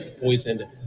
poisoned